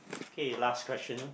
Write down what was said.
okay last question